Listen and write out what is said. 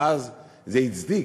ואז זה הצדיק,